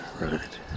right